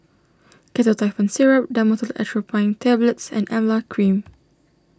Ketotifen Syrup Dhamotil Atropine Tablets and Emla Cream